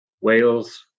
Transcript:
Wales